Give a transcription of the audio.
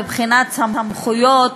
מבחינת סמכויות,